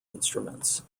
instruments